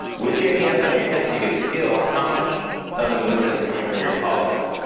with your hands on your hips you could feel how much of the movement is coming from your pelvis.